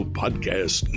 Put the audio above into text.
podcast